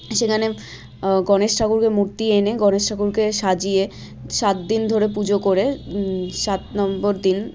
সেখানে গণেশ ঠাকুকে মূর্তি এনে গণেশ ঠাকুরকে সাজিয়ে সাত দিন ধরে পুজো করে সাত নম্বর দিন